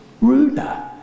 ruler